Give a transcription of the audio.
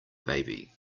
baby